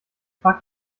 fragt